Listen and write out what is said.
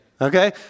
okay